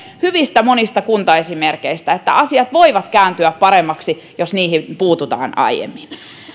hyvistä kuntaesimerkeistä että asiat voivat kääntyä paremmaksi jos niihin puututaan aiemmin